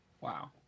Wow